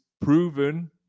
proven